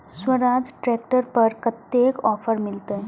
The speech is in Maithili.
स्वराज ट्रैक्टर पर कतेक ऑफर मिलते?